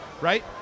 Right